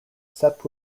set